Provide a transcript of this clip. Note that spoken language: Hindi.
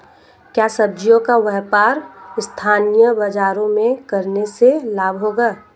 क्या सब्ज़ियों का व्यापार स्थानीय बाज़ारों में करने से लाभ होगा?